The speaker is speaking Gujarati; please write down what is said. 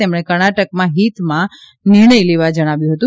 તેમણે કર્ણાટકના હીતમાં નિર્ણય લેવા જણાવ્યું હતું